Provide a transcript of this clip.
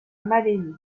malaise